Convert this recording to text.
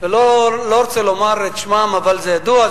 לא רוצה לומר את שמם, אבל זה ידוע.